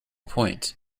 point